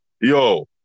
Yo